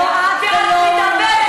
ואת מדברת על,